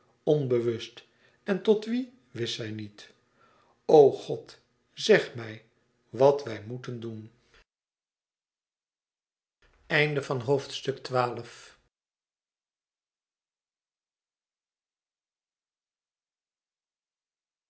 onbewust en tot wie wist zij niet o god zèg mij wat wij moeten doen